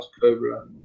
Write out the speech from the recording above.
cobra